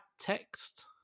text